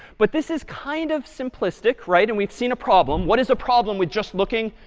but this is kind of simplistic, right. and we've seen a problem. what is the problem with just looking,